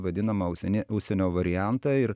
vadinamą užsieny užsienio variantą ir